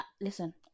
listen